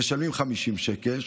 הם משלמים 50 שקלים,